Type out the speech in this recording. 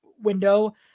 window